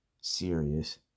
serious